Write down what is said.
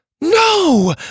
No